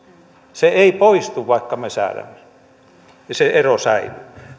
se ei poistu vaikka me säädämme ja se ero säilyy